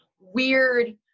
weird